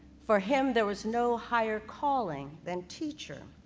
for him there was no higher calling than teacher.